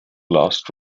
last